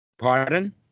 Pardon